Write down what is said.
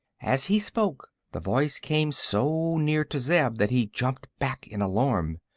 as he spoke the voice came so near to zeb that he jumped back in alarm.